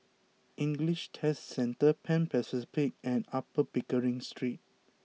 English Test Centre Pan Pacific and Upper Pickering Street